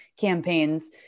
campaigns